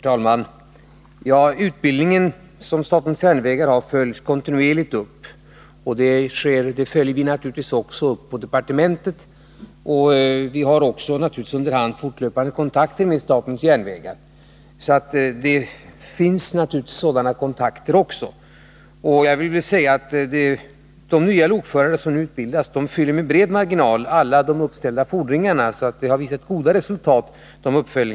Herr talman! Utbildningen inom statens järnvägar följs kontinuerligt av departementet, och vi har naturligtvis också under hand fortlöpande kontakter med SJ. De nya lokförare som nu utbildas fyller med bred marginal alla uppställda fordringar. De uppföljningar man har gjort har visat goda resultat.